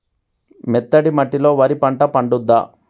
మెత్తటి మట్టిలో వరి పంట పండుద్దా?